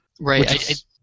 Right